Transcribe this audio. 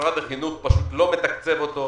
ומשרד החינוך פשוט לא מתקצב אותו.